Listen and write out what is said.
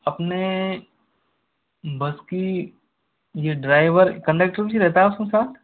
अपनी बस का ये ड्राइवर कन्डक्टर भी रहता है उस में साथ